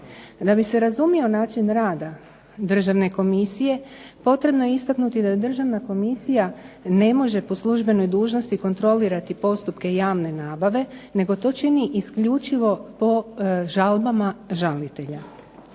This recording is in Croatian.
Da bi se razumio način rada Državne komisije potrebno je istaknuti da Državna komisija ne može po službenoj dužnosti kontrolirati postupke javne nabave nego to čini isključivo po žalbama žalitelja.